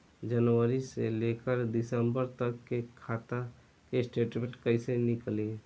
जनवरी से लेकर दिसंबर तक के खाता के स्टेटमेंट कइसे निकलि?